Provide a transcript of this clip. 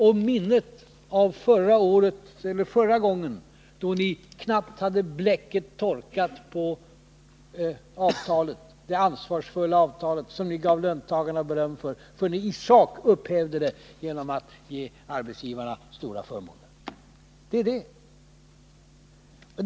Samtidigt har vi i minnet hur det gick förra gången, då bläcket knappt hade torkat på det ansvarsfulla avtal som ni gav löntagarna beröm för, förrän ni i sak upphävde det genom att ge arbetsgivarna stora förmåner.